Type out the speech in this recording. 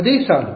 ಅದೇ ಸಾಲು